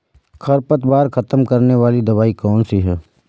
खरपतवार खत्म करने वाली दवाई कौन सी है?